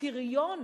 וגם הפריון